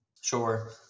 Sure